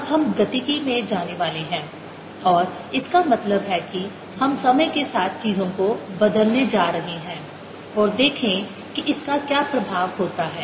अब हम गतिकी में जाने वाले हैं और इसका मतलब है कि हम समय के साथ चीजों को बदलने जा रहे हैं और देखें कि इसका क्या प्रभाव होता है